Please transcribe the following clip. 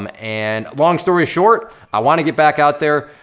um and long story short, i wanna get back out there,